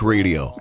Radio